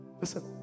Listen